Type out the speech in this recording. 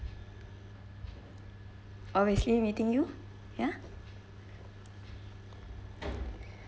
obviously meeting you ya